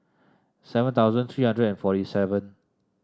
seven thousand three hundred and forty seven